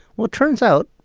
well, it turns out,